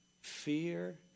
fear